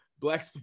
Black